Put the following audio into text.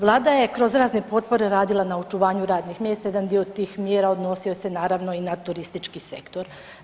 Vlada je kroz razne potpore radila na očuvanju radnih mjesta, jedan dio tih mjera, odnosio se naravno i na turistički sektor.